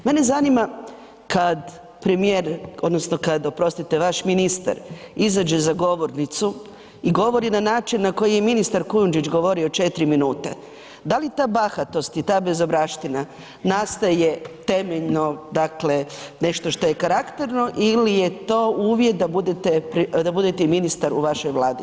Mene zanima kad premijer odnosno kad, oprostite, vaš ministar izađe za govornicu i govori na način na koji je i ministar Kujundžić govorio 4 minute, da li ta bahatost i ta bezobraština nastaje temeljno, dakle nešto šta je karakterno ili je to uvjet da budete, da budete i ministar u vašoj Vladi?